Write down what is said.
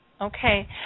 Okay